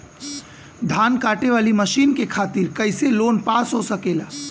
धान कांटेवाली मशीन के खातीर कैसे लोन पास हो सकेला?